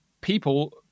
people